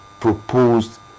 proposed